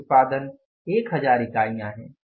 कुल उत्पादन 1000 इकाई है